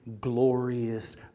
glorious